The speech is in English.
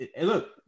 Look